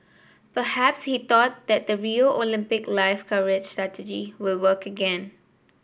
perhaps he thought that the Rio Olympic live coverage strategy will work again